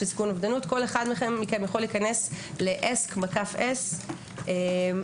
כל אחד מכם יכול להיכנס ל - ask-s ולקבל